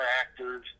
actors